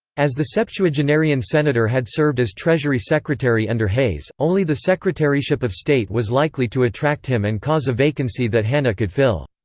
as the septuagenarian senator had served as treasury secretary under hayes, only the secretaryship of state was likely to attract him and cause a vacancy that hanna could fill.